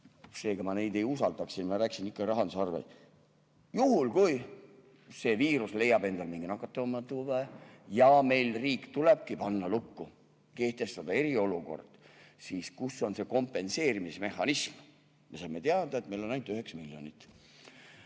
Seega, mina neid ei usaldaks, ma räägin ikka rahandusest. Juhul kui see viirus leiab endale mingi nakatavama tüve ja meil tulebki panna riik lukku, kehtestada eriolukord, siis kus on see kompenseerimismehhanism? Me saime teada, et meil on ainult 9 miljonit.